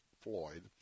Floyd